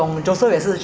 他有跟你讲 mah